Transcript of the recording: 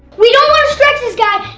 we don't want to stretch this guy,